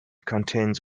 contains